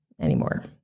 anymore